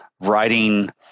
writing